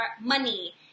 money